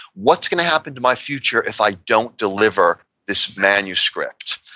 what's going to happen to my future if i don't deliver this manuscript?